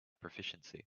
proficiency